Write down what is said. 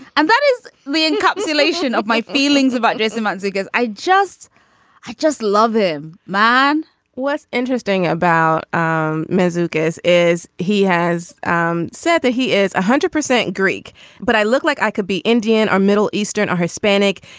and that is we encapsulation of my feelings about jason munsey because i just i just love him man what's interesting about um mizuki is is he has um said that he is one hundred percent greek but i look like i could be indian or middle eastern or hispanic.